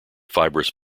fibrous